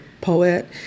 poet